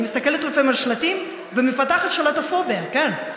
אני מסתכלת לפעמים על שלטים ומפתחת שלטופוביה, כן.